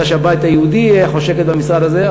אני יודע שהבית היהודי חושקת במשרד הזה,